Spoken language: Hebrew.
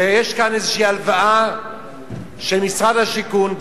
ויש כאן איזו הלוואה של משרד השיכון,